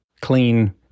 clean